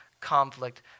conflict